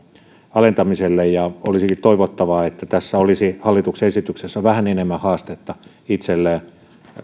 alentamiselle ja olisikin toivottavaa että tässä hallituksen esityksessä olisi vähän enemmän haastetta itselle